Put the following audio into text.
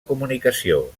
comunicació